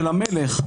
של המלך,